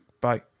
Bye